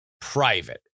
private